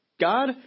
God